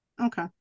Okay